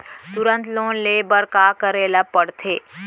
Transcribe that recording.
तुरंत लोन ले बर का करे ला पढ़थे?